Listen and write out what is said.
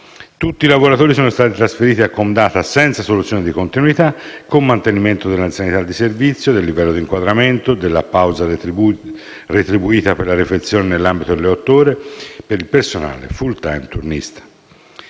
Tutti i lavoratori sono stati trasferiti a Comdata senza soluzione di continuità e con mantenimento dell'anzianità di servizio, del livello di inquadramento e della pausa retribuita per la refezione nell'ambito delle otto ore per il personale *full-time* turnista.